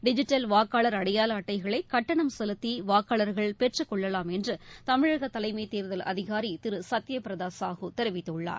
digital வாக்காளர் அடையாள அட்டைகளை கட்டணம் செலுத்தி வாக்காளர்கள் பெற்றுக்கொள்ளலாம் என்று தமிழக தலைமை தேர்தல் அதிகாரி திரு சத்ய பிரதா சாஹூ தெரிவித்துள்ளார்